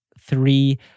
three